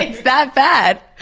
like that bad?